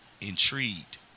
intrigued